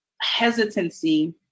hesitancy